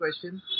question